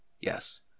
Yes